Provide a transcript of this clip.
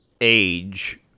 age